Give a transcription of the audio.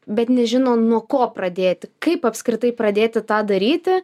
bet nežino nuo ko pradėti kaip apskritai pradėti tą daryti